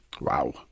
Wow